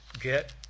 get